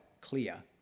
clear